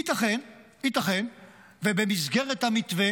ייתכן ובמסגרת המתווה